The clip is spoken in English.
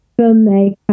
filmmaker